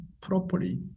properly